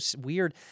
weird